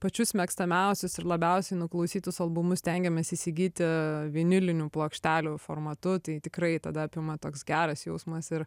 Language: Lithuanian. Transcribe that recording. pačius mėgstamiausius ir labiausiai nuklausytus albumus stengiamės įsigyti vinilinių plokštelių formatu tai tikrai tada apima toks geras jausmas ir